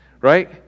Right